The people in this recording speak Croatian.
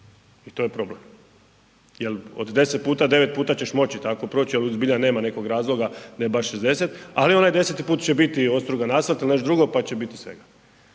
i to je problem. Jer od 10 puta 9 puta ćeš moći tako proći ali zbilja nema nekog razloga da je baš 60 ali onaj 10-ti put će biti ostrugan asfalt ili nešto drugo pa će biti svega.